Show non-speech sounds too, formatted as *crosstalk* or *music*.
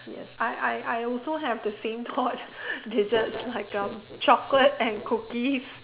yes I I I also have the same thought *laughs* desserts like um chocolate and cookies